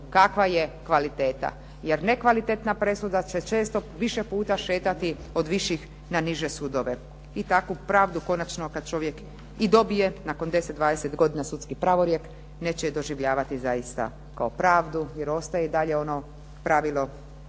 kakva je kvaliteta jer nekvalitetna presuda će često, više puta šetati od viših na niže sudove i takvu pravdu konačno kad čovjek i dobije nakon 10, 20 godina sudski pravorijek neće je doživljavati zaista kao pravdu jer ostaje i dalje ono pravilo